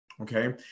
okay